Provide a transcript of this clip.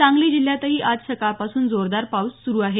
सांगली जिल्ह्यातही आज सकाळपासून जोरदार पाऊस सुरू आहे